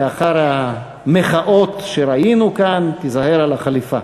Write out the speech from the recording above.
לאחר המחאות שראינו כאן, תיזהר על החליפה.